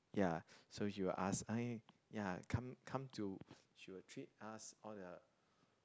ya so she will ask ya come to she will treat us all the